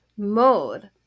mode